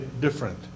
different